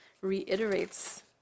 reiterates